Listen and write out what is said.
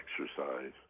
exercise